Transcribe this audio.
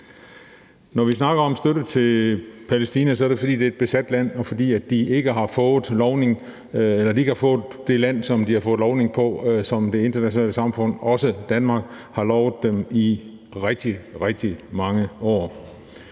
Når vi snakker om støtte til Palæstina, er det, fordi det er et besat land, og fordi de ikke har fået det land, som de har fået lovning på af det internationale samfund, også Danmark, i rigtig, rigtig mange år.